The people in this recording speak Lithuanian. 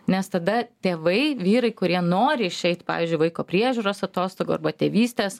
nes tada tėvai vyrai kurie nori išeit pavyzdžiui vaiko priežiūros atostogų arba tėvystės